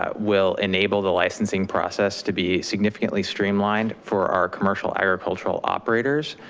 ah will enable the licensing process to be significantly streamlined for our commercial agricultural operators,